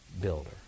builder